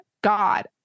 God